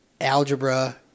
algebra